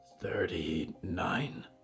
Thirty-nine